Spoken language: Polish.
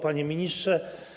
Panie Ministrze!